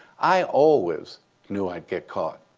i always knew i'd get caught.